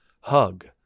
hug